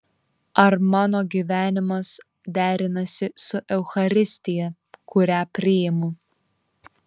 ar mano gyvenimas derinasi su eucharistija kurią priimu